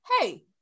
hey